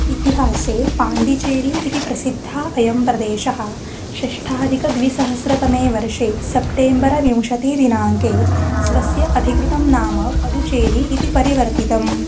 इतिहासे पाण्डिचेरी इति प्रसिद्धः अयं प्रदेशः षष्ठादिकद्विसहस्रतमे वर्षे सेप्टेम्बरविंशतिदिनाङ्के स्वस्य अधिकृतं नाम पदुचेरी इति परिवर्तितम्